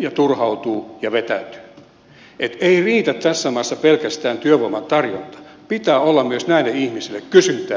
ja turhautuvat ja vetäytyvät että ei riitä tässä maassa pelkästään työvoiman tarjonta vaan pitää olla myös näille ihmisille kysyntää työmarkkinoilla